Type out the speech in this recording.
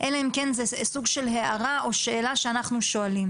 אלא אם כן זה סוג של הערה או שאלה שאנחנו שואלים.